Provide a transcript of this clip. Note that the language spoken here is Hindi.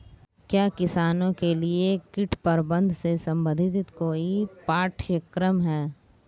क्या किसानों के लिए कीट प्रबंधन से संबंधित कोई पाठ्यक्रम है?